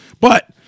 but-